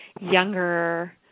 younger